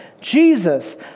Jesus